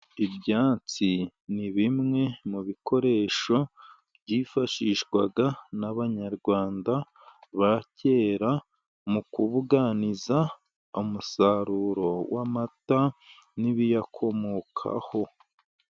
Ibyansi ni bimwe mu bikoresho byifashishwaga n'abanyarwanda ba kera, mu kubuganiza umusaruro w'amata n'ibiyakomokaho.